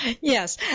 yes